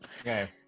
Okay